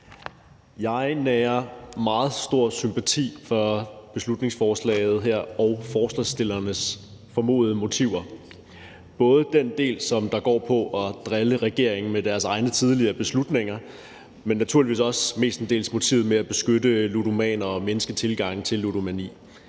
Jeg nærer meget stor sympati for beslutningsforslaget her og forslagsstillernes formodede motiver, både i forhold til den del, der går på at drille regeringen med deres egne tidligere beslutninger, men naturligvis også og mestendels i forhold til motivet om at beskytte ludomaner og mindske tilgangen til ludomani.